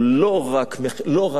לא רק מאפריקה,